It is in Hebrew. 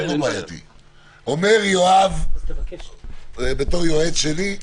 אומר יואב בתור יועץ שלי,